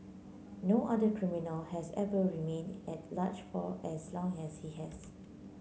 no other criminal has ever remained at large for as long as he has